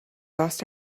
lost